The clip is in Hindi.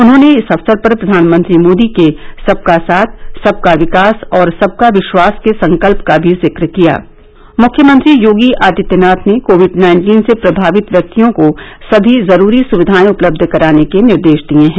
उन्होंने इस अवसर पर प्रधानमंत्री मोदी के सबका साथ सबका विकास और सबका विश्वास के संकल्प का भी जिक्र किया मुख्यमंत्री योगी आदित्यनाथ ने कोविड नाइन्टीन से प्रभावित व्यक्तियों को सभी जरूरी सुविधाएं उपलब्ध कराने के निर्देश दिए हैं